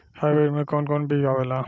Hybrid में कोवन कोवन बीज आवेला?